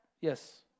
yes